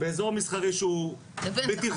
באיזור מסחרי שהוא בטיחותי,